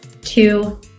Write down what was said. two